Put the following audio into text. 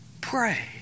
pray